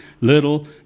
little